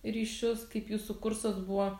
ryšius kaip jūsų kursas buvo